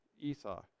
Esau